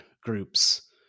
group's